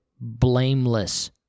blameless